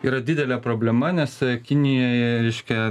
yra didelė problema nes kinijoje reiškia